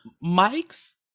Mike's